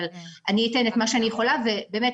אבל אני אתן את מה שאני יכולה ובאמת,